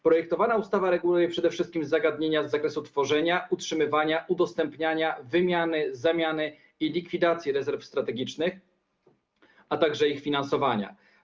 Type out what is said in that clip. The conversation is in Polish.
Projektowana ustawa reguluje przede wszystkim zagadnienia z zakresu tworzenia, utrzymywania, udostępniania, wymiany, zamiany i likwidacji rezerw strategicznych, a także ich finansowania.